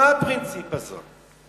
מה הפרינציפ הזה?